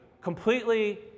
completely